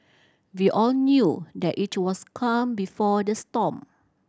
we all knew that it was calm before the storm